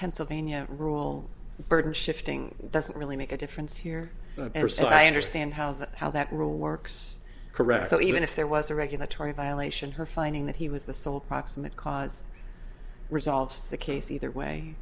pennsylvania rule burden shifting doesn't really make a difference here or so i understand how that how that rule works so even if there was a regulatory violation her finding that he was the sole proximate cause resolves the case either way